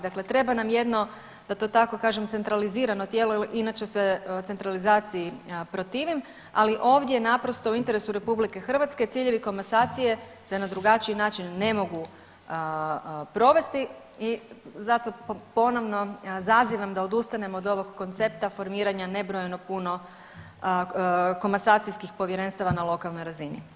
Dakle, treba nam jedno da to tako kažem centralizirano tijelo jer inače se centralizaciji protivim, ali ovdje naprosto u interesu RH ciljevi komasacije se na drugačiji način ne mogu provesti i zato ponovno zazivam da odustanemo od ovog koncepta formiranja nebrojeno puno komasacijskih povjerenstava na lokalnoj razini.